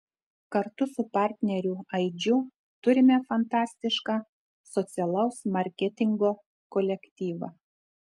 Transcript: kartu su partneriu aidžiu turime fantastišką socialaus marketingo kolektyvą